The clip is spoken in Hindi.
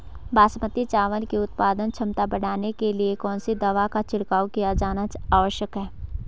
बासमती चावल की उत्पादन क्षमता बढ़ाने के लिए कौन सी दवा का छिड़काव किया जाना आवश्यक है?